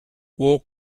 walk